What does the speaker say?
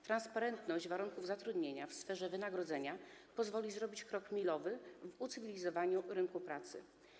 Transparentność warunków zatrudnienia w sferze wynagrodzeń pozwoli zrobić krok milowy w ucywilizowaniu rynku pracy.